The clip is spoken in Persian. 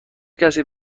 کسی